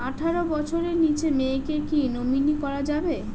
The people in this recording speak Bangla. আঠারো বছরের নিচে মেয়েকে কী নমিনি করা যাবে?